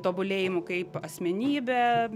tobulėjimu kaip asmenybe